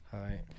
Hi